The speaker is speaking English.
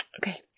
Okay